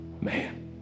man